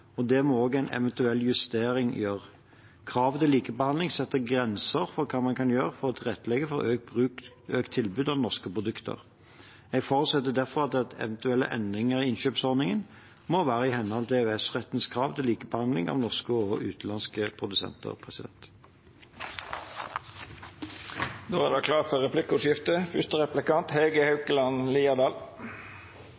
og det må også en eventuell justering gjøre. Kravet til likebehandling setter grenser for hva man kan gjøre for å tilrettelegge for økt tilbud av norske produkter. Jeg forutsetter derfor at eventuelle endringer i innkjøpsordningen må være i henhold til EØS-rettens krav til likebehandling av norske og utenlandske produsenter. Det vert replikkordskifte. Det